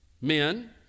men